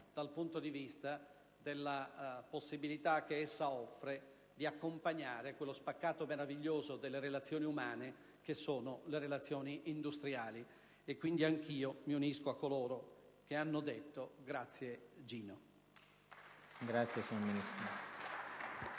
dal punto di vista della possibilità che essa offre di accompagnare quello spaccato meraviglioso delle relazioni umane che sono le relazioni industriali. Anch'io mi unisco a coloro che hanno detto: «Grazie, Gino!».